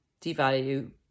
devalue